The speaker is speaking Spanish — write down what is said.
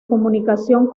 comunicación